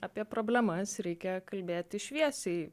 apie problemas reikia kalbėti šviesiai